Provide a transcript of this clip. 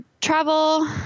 travel